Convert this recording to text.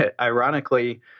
ironically